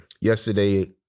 Yesterday